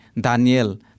Daniel